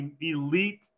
elite